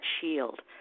shield